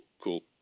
Cool